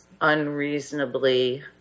unreasonably